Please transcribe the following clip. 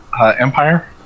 Empire